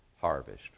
harvest